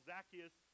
Zacchaeus